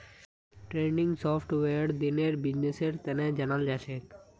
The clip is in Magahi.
ट्रेंडिंग सॉफ्टवेयरक दिनेर बिजनेसेर तने जनाल जाछेक